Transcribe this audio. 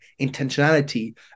intentionality